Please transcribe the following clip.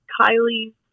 Kylie